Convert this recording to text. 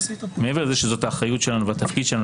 מעבר לזה שזו האחריות שלנו והתפקיד שלנו,